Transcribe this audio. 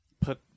put